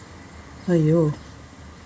!aiyo!